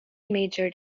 majored